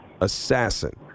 assassin